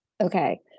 Okay